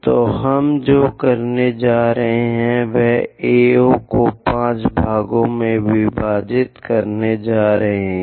तो हम जो करने जा रहे हैं वह AO को 5 भागों के बराबर में विभाजित करना है